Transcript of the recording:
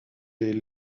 est